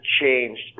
changed